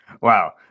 Wow